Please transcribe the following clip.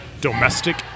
domestic